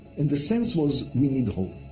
and the sense was we need a home.